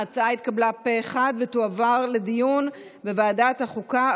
ההצעה התקבלה פה אחד ותועבר לדיון בוועדת החוקה,